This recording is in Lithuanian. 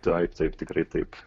taip taip tikrai taip